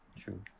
True